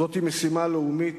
זוהי משימה לאומית,